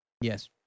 Yes